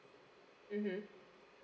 mmhmm